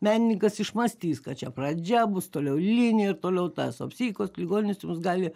menininkas išmąstys kad čia pradžia bus toliau linija ir toliau tas o psichikos ligonis jums gali